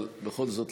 אבל בכל זאת,